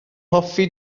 hoffi